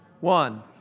one